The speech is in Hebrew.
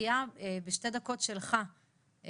אחיה בשתי דקות שלך,